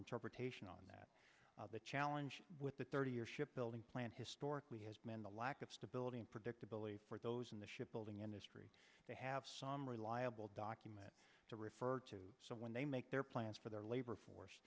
interpretation on that the challenge with the thirty year shipbuilding plan historically has man the lack of stability and predictability for those in the shipbuilding industry to have some reliable document to refer to so when they make their plans for their labor force